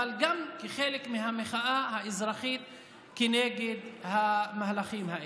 אבל גם כחלק מהמחאה האזרחית כנגד המהלכים האלו.